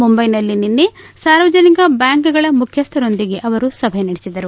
ಮುಂದೈನಲ್ಲಿ ನಿನ್ನೆ ಸಾರ್ವಜನಿಕ ಬ್ದಾಂಕ್ಗಳ ಮುಖ್ಯಸ್ಥರೊಂದಿಗೆ ಅವರು ಸಭೆ ನಡೆಒದರು